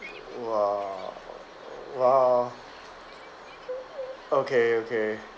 !wah! !wah! okay okay